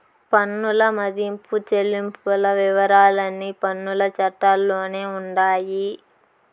పన్నుల మదింపు చెల్లింపుల వివరాలన్నీ పన్నుల చట్టాల్లోనే ఉండాయి